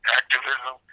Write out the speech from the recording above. activism